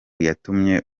yatumye